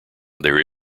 there